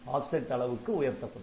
offset அளவுக்கு உயர்த்தப்படும்